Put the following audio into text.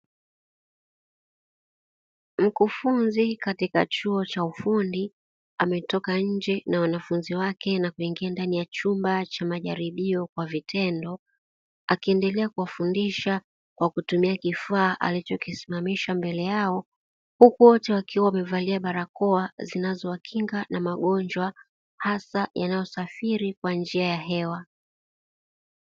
Mkufunzi katika chuo cha ufundi ametoka nje na wanafunzi wake na kuingia ndani ya chumba cha majaribio kwa vitendo, akiendelea kuwafundisha kwa kutumia kifaa alichokisimamisha mbele yao; huku wote wakiwa wamevalia barakoa zinazowakinga na magonjwa hasa yanayosafiri kwa njia ya hewa.